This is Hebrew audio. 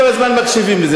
וכל הזמן מקשיבים לזה,